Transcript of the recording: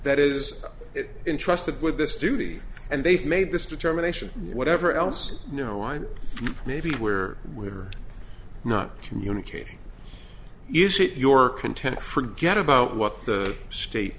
that is it intrusted with this duty and they've made this determination whatever else no i'm maybe where we're not communicating is it your content forget about what the state